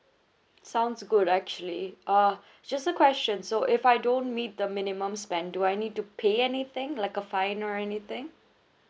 sounds good actually uh just a question so if I don't meet the minimum spend do I need to pay anything like a fine or anything